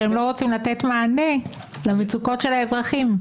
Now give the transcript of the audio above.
שהם לא רוצים לתת מענה למצוקות של האזרחים.